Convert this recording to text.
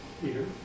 Peter